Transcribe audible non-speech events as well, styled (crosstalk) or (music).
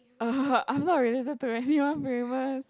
(laughs) uh I'm not related to anyone famous